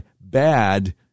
bad